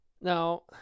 Now